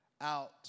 out